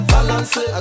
Balance